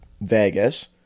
Vegas